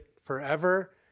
forever